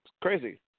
Crazy